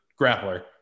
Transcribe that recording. grappler